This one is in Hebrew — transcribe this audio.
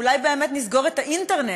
אולי באמת נסגור את האינטרנט,